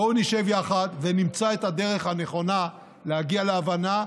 בואו נשב יחד ונמצא את הדרך הנכונה להגיע להבנה,